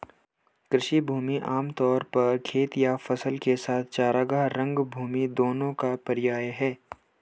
कृषि भूमि आम तौर पर खेत या फसल के साथ चरागाह, रंगभूमि दोनों का पर्याय है